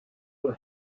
will